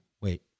wait